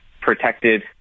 protected